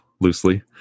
loosely